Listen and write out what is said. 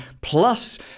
plus